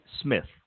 Smith